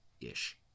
ish